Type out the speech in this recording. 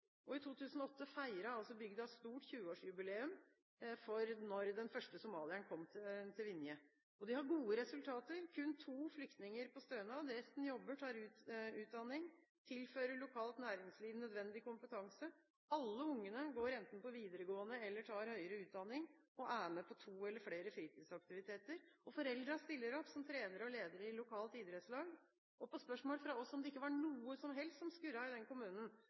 I 2008 feiret bygda stort 20-årsjubileum for da den første somalieren kom til Vinje. De har gode resultater. Kun to flyktninger er på stønad. Resten jobber, tar utdanning og tilfører lokalt næringsliv nødvendig kompetanse. Alle ungene går enten på videregående eller tar høyere utdanning og er med på to eller flere fritidsaktiviteter. Foreldrene stiller opp som trenere og ledere i lokale idrettslag. På spørsmål fra oss om det ikke var noe som helst som skurret i den kommunen,